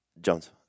Jones